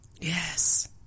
Yes